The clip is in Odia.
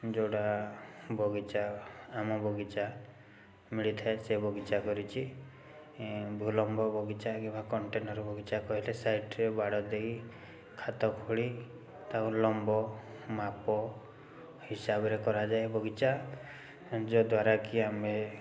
ଯେଉଁଗୁଡ଼ା ବଗିଚା ଆମ ବଗିଚା ମିଳିଥାଏ ସେ ବଗିଚା କରିଛି ଏଁ ଭୁଲମ୍ବ ବଗିଚା କିମ୍ବା କଣ୍ଟେନର୍ ବଗିଚା କହିଲେ ସାଇଟ୍ରେ ବାଡ଼ ଦେଇ ଖାତ ଖୋଳି ତାକୁ ଲମ୍ବ ମାପ ହିସାବରେ କରାଯାଏ ବଗିଚା ଯେଉଁଦ୍ୱାରାକି ଆମେ